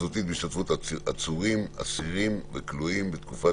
צפויה לקיימו בדרך זו והאסיר הסכים לכך באמצעות